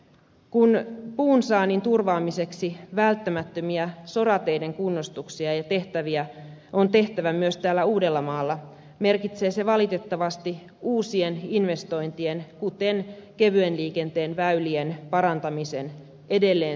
kun puunsaannin turvaamiseksi välttämättömiä sorateiden kunnostuksia on tehtävä myös täällä uudellamaalla merkitsee se valitettavasti uusien investointien kuten kevyen liikenteen väylien parantamisen edelleen siirtymistä